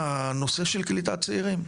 הנושא של קליטת צעירים.